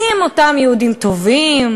מי הם אותם יהודים טובים?